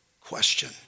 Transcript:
question